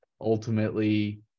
ultimately